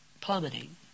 plummeting